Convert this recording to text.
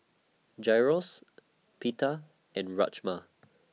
Gyros Pita and Rajma